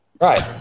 Right